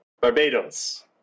Barbados